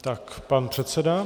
Tak, pan předseda.